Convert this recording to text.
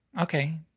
okay